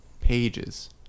Pages